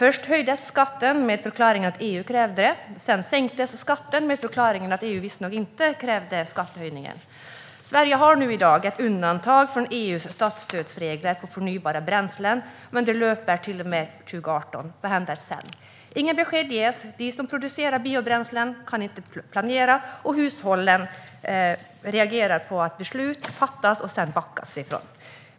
Först höjdes skatten med förklaringen att EU krävde det. Sedan sänktes skatten med förklaringen att EU inte krävde någon sådan skattehöjning. Sverige har i dag ett undantag från EU:s statsstödsregler på förnybara bränslen, men det löper bara till och med 2018. Vad händer sedan? Det ges inga besked. De som producerar biobränslen kan inte planera, och hushållen reagerar på att det fattas beslut som det senare backas ifrån.